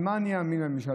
על מה אני אאמין לממשלה?